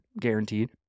guaranteed